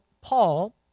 Paul